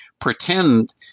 pretend